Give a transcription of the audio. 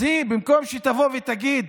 אז היא, במקום שתבוא ותגיד: